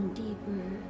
deeper